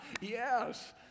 yes